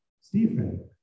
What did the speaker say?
Stephen